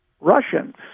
Russians